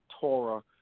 Torah